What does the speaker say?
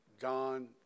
John